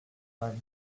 her